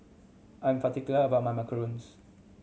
I'm particular about my macarons